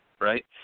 Right